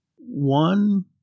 one